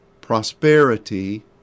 prosperity